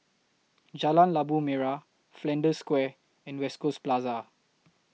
Jalan Labu Merah Flanders Square and West Coast Plaza